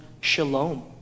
shalom